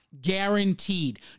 guaranteed